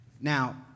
Now